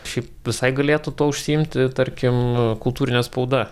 šiaip visai galėtų tuo užsiimti tarkim kultūrinė spauda